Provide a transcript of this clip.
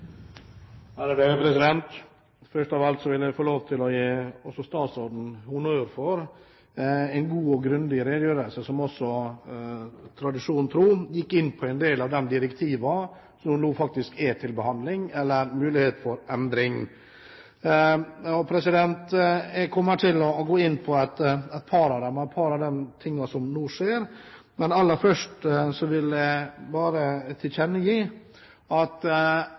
Først av alt vil jeg få lov til å gi utenriksministeren honnør for en god og grundig redegjørelse som også tradisjonen tro gikk inn på en del av de direktivene som nå er til behandling, eller som har mulighet for endring. Jeg kommer til å gå inn på et par av dem, et par av de tingene som nå skjer, men aller først vil jeg bare tilkjennegi at